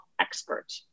expert